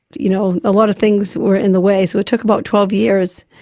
you know, a lot of things were in the way, so it took about twelve years.